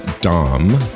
dom